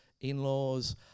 in-laws